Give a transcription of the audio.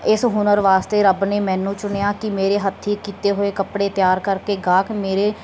ਇਸ ਹੁਨਰ ਵਾਸਤੇ ਰੱਬ ਨੇ ਮੈਨੂੰ ਚੁਣਿਆ ਕਿ ਮੇਰੇ ਹੱਥੀਂ ਕੀਤੇ ਹੋਏ ਕੱਪੜੇ ਤਿਆਰ ਕਰਕੇ ਗਾਹਕ ਮੇਰੇ